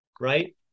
right